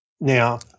Now